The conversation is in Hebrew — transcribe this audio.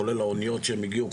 כולל האוניות שהגיעו,